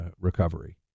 recovery